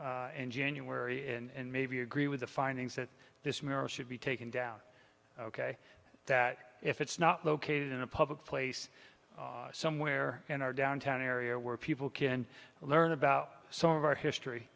here in january and maybe agree with the findings that this marriage should be taken down ok that if it's not located in a public place somewhere in our downtown area where people can learn about some of our history